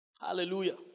Hallelujah